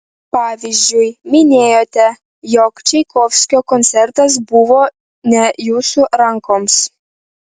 pavyzdžiui minėjote jog čaikovskio koncertas buvo ne jūsų rankoms